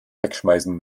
wegschmeißen